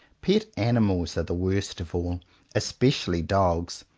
pet animals are the worst of all especially dogs,